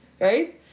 Right